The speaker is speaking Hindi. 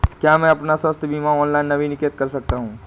क्या मैं अपना स्वास्थ्य बीमा ऑनलाइन नवीनीकृत कर सकता हूँ?